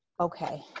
okay